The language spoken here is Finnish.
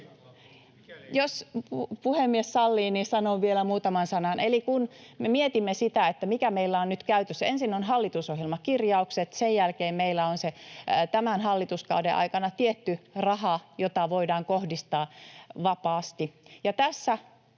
Jos puhemies sallii, niin sanon vielä muutaman sanan. Kun me mietimme sitä, mitä meillä on nyt käytössä, niin ensin ovat hallitusohjelmakirjaukset, sen jälkeen meillä on tämän hallituskauden aikana se tietty raha, jota voidaan kohdistaa vapaasti.